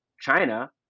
china